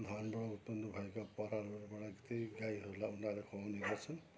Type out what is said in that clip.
धानबाट उत्पन्न भएका परालहरूबाट त्यही गाईहरूलाई उनीहरू खुवाउने गर्छ